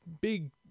big